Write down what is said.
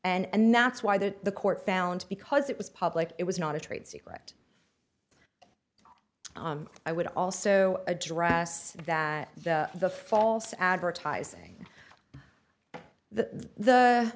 and that's why that the court found because it was public it was not a trade secret i would also address that the false advertising the